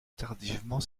tardivement